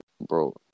bro